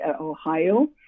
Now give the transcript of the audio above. Ohio